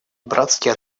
братские